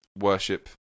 worship